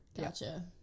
Gotcha